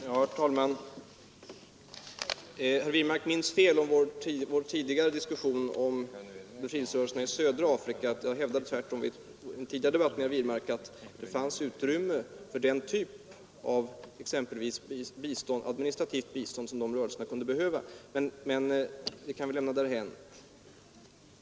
Herr talman! Herr Wirmark minns fel om vår diskussion tidigare år om befrielserörelserna i Sydafrika och Rhodesia. Tvärtom hävdade jag i en tidigare debatt med herr Wirmark att det fanns utrymme för den typ av exempelvis administrativt bistånd som de rörelserna kunde behöva. — Men detta kan vi lämna därhän.